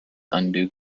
undue